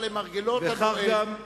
אתה נמצא למרגלות הנואם.